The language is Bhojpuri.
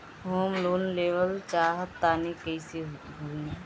हम लोन लेवल चाह तानि कइसे होई?